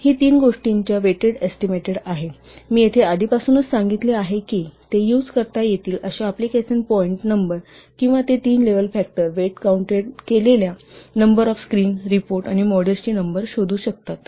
ही तीन गोष्टींचा weighted estimate आहे मी येथे आधीपासूनच सांगितले आहे की ते यूज करता येतील अशा एप्लिकेशन पॉईंट्स नंबर किंवा ते तीन लेवल फॅक्टर वेट कॉऊंटेड केलेल्या नंबर ऑफ स्क्रिन रिपोर्ट आणि मॉड्यूल्सची नंबर शोधू शकतात